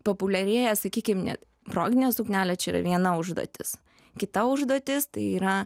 populiarėja sakykim net proginė suknelė čia yra viena užduotis kita užduotis tai yra